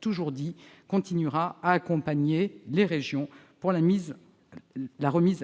toujours indiqué, continuera d'accompagner les régions pour leur remise